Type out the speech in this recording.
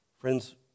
Friends